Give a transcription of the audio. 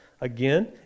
Again